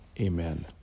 Amen